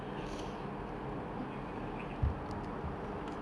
ya it's just tulang ayam